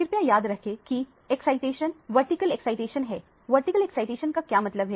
कृपया याद रखें कि एक्साइटेशन वर्टिकल एक्साइटेशन हैवर्टिकल एक्साइटेशन का क्या मतलब है